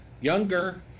Younger